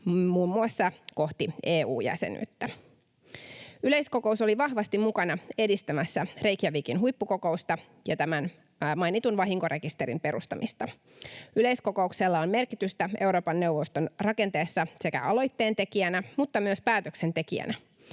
muun muassa kohti EU-jäsenyyttä. Yleiskokous oli vahvasti mukana edistämässä Reykjavíkin huippukokousta ja tämän mainitun vahinkorekisterin perustamista. Yleiskokouksella on merkitystä Euroopan neuvoston rakenteessa sekä aloitteentekijänä että myös päätöksentekijänä.